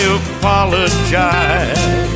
apologize